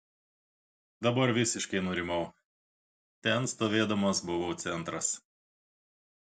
dabar visiškai nurimau ten stovėdamas buvau centras